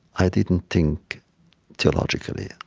i didn't think theologically.